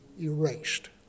erased